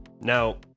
Now